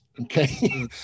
Okay